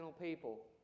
people